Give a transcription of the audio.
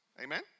Amen